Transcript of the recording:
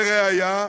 לראיה: